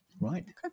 Right